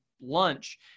lunch